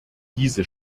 diese